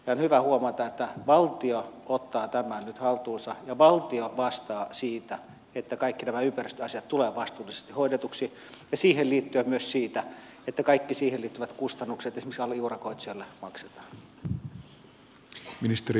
on hyvä huomata että valtio ottaa tämän nyt haltuunsa ja valtio vastaa siitä että kaikki nämä ympäristöasiat tulevat vastuullisesti hoidetuiksi ja siihen liittyen myös siitä että kaikki siihen liittyvät kustannukset esimerkiksi aliurakoitsijoille maksetaan